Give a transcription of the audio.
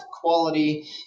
quality